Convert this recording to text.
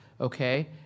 okay